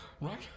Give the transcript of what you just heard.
right